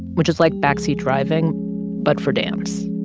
which is like backseat driving but for dance.